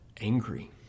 angry